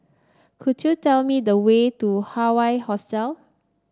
could you tell me the way to Hawaii Hostel